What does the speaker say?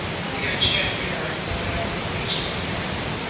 move your chair nearer so that i can reach your hand.